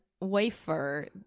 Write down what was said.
wafer